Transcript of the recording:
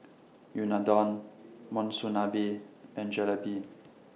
Unadon Monsunabe and Jalebi